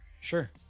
sure